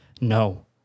no